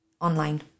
online